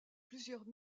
plusieurs